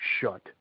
shut